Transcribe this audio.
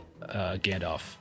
Gandalf